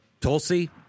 Tulsi—